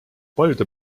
paljude